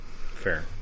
Fair